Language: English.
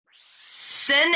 Sin